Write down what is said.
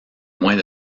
moins